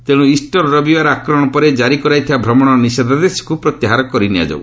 ତେଣୁ ଇଷ୍ଟର ରବିବାର ଆକ୍ରମଣ ପରେ ଜାରି କରାଯାଇଥିବା ଭ୍ରମଣ ନିଷେଧାଦେଶକ୍ତ ପ୍ରତ୍ୟାହାର କରି ନିଆଯାଉ